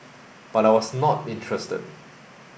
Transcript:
but I was not interested